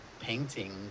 painting